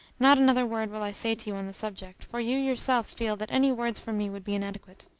not another word will i say to you on the subject, for you yourself feel that any words from me would be inadequate.